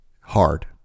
hard